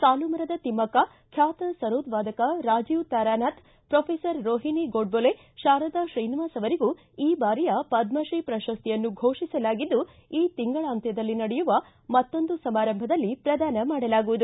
ಸಾಲುಮರದ ತಿಮ್ನಕ್ಷ ಖ್ವಾತ ಸರೋದ ವಾದಕ ರಾಜೀವ ತಾರಾನಾಥ್ ಪ್ರೋಫೆಸರ್ ರೋಹಿಣಿ ಗೋಡ್ವೋಲೆ ಶಾರದಾ ಶ್ರೀನಿವಾಸ ಅವರಿಗೂ ಈ ಬಾರಿಯ ಪದ್ಮಶ್ರೀ ಪ್ರಶಸ್ತಿಯನ್ನು ಘೋಷಿಸಲಾಗಿದ್ದು ಈ ತಿಂಗಳಾಂತ್ವದಲ್ಲಿ ನಡೆಯುವ ಮತ್ತೊಂದು ಸಮಾರಂಭದಲ್ಲಿ ಪ್ರದಾನ ಮಾಡಲಾಗುವುದು